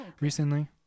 recently